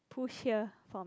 push here for